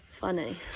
funny